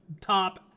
top